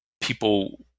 people